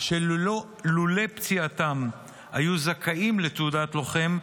שלולא פציעתם היו זכאים לתעודת לוחם,